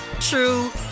true